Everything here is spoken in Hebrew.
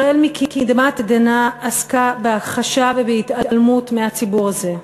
ישראל מקדמת דנא עסקה בהכחשה ובהתעלמות מהציבור הזה.